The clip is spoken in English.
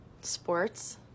Sports